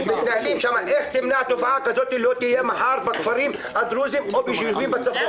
איך תמנע את התופעה הזאת מחר בכפרים הדרוזים או בישובים בצפון?